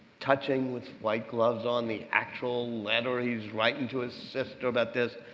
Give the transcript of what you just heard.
touching with white gloves on the actual letter he's writing to his sister about this.